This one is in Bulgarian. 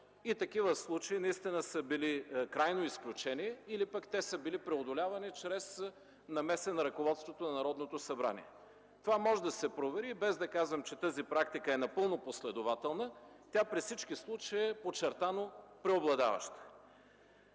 Такива случаи наистина са били крайно изключителни или пък те са били преодолявани чрез намеса на ръководството на Народното събрание. Това може да се провери и без да казвам, че тази практика е напълно последователна, тя при всички случаи е подчертано преобладаваща.